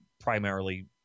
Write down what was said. Primarily